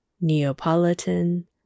Neapolitan